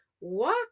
walk